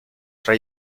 tra